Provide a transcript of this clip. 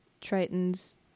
Triton's